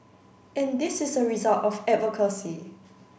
and this is a result of advocacy